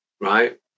right